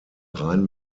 rein